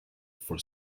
for